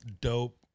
dope